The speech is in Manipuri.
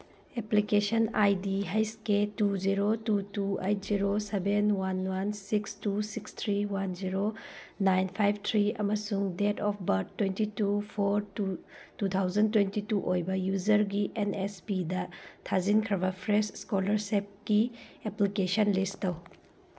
ꯑꯦꯄ꯭ꯂꯤꯀꯦꯁꯟ ꯑꯥꯏ ꯗꯤ ꯍꯩꯁ K two zero two two eight zero seven one one six two six three one zero nine five three ꯑꯃꯁꯨꯡ date of birth twenty two four two thousand twenty two ꯑꯣꯏꯕ ꯌꯨꯖꯔꯒꯤ ꯑꯦꯟ ꯑꯦꯁ ꯄꯤꯗ ꯊꯥꯖꯤꯟꯈ꯭ꯔꯕ ꯐ꯭ꯔꯦꯁ ꯏꯁꯀꯣꯂꯥꯔꯁꯤꯤꯞꯀꯤ ꯑꯦꯄ꯭ꯂꯤꯀꯦꯁꯟ ꯂꯤꯁ ꯇꯧ